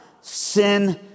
sin